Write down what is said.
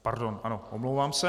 Pardon, ano, omlouvám se.